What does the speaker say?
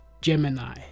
gemini